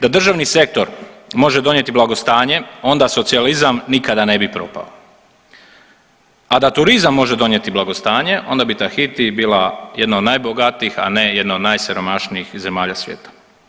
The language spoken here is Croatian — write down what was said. Da državni sektor može donijeti blagostanje onda socijalizam nikada ne bi propao, a da turizam može donijeti blagostanje onda bi Tahiti bila jedna od najbogatijih, a ne jedna od najsiromašnijih zemalja svijeta.